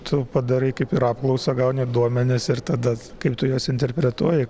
tu padarai kaip ir apklausą gauni duomenis ir tada kaip tu juos interpretuoji